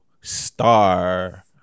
Star